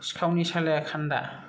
सिखावनि सालाया खान्दा